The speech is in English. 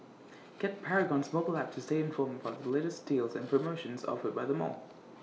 get Paragon's mobile app to stay informed about the latest deals and promotions offered by the mall